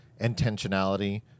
intentionality